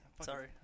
Sorry